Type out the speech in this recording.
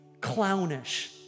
clownish